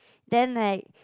then like